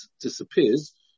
disappears